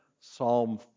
Psalm